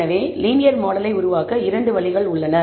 எனவே லீனியர் மாடலை உருவாக்க 2 வழிகள் உள்ளன